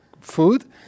food